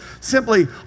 simply